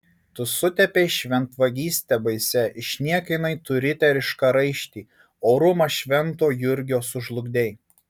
tu sutepei šventvagyste baisia išniekinai tu riterišką raištį orumą švento jurgio sužlugdei